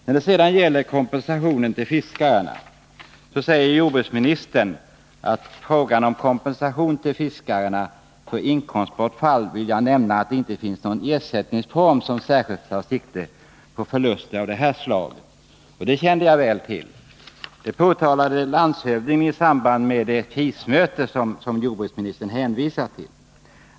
När det sedan gäller frågan om kompensationen till fiskare säger jordbruksministern: ”Beträffande frågan om kompensation till fiskarna för inkomstbortfall vill jag nämna att det inte finns någon ersättningsform som särskilt tar sikte på förluster av det här slaget.” Det kände jag mycket väl till; det påpekade landshövdingen i samband med det krismöte som jordbruksministern hänvisar till.